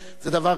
זה דבר כשר,